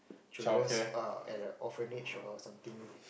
children err or at a orphanage or something